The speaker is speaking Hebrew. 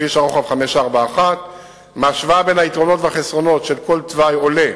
לכביש הרוחב 541. מההשוואה בין היתרונות והחסרונות של כל תוואי עולה